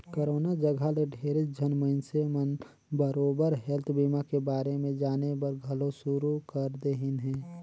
corona जघा ले ढेरेच झन मइनसे मन बरोबर हेल्थ बीमा के बारे मे जानेबर घलो शुरू कर देहिन हें